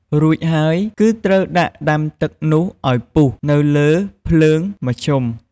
រួចហើយគឺត្រូវដាក់ដាំទឹកនោះឱ្យពុះនៅលើភ្លើងមធ្យម។